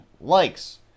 likes